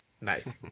nice